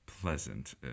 pleasant